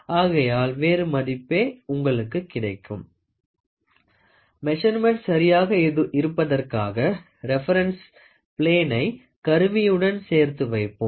ஆகையால் வேறு மதிப்பே உங்களுக்கு கிடைக்கும் மெசர்மென்ட் சரியாக இருப்பதற்காக ரெபென்ஸ் பிலேனை கருவியுடன் சேர்த்து வைப்போம்